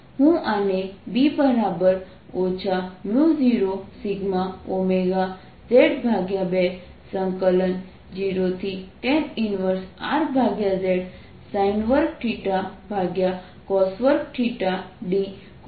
હું આને B 0σωz2 0tan 1Rz sin2 cos2 dcosθ લખી શકું છું